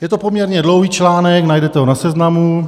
Je to poměrně dlouhý článek, najdete ho na Seznamu.